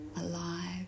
alive